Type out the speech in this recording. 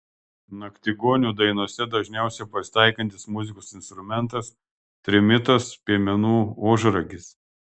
naktigonių dainose dažniausiai pasitaikantis muzikos instrumentas trimitas piemenų ožragis